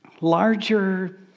larger